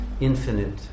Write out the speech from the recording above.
infinite